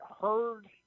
heard